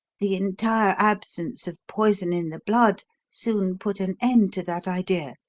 the entire absence of poison in the blood soon put an end to that idea,